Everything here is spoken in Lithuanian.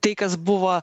tai kas buvo